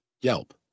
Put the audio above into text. Yelp